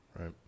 Right